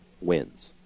wins